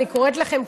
אני קוראת לכם,